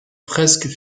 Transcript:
fresques